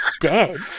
dead